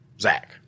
Zach